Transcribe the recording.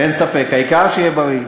אין ספק, העיקר שיהיה בריא.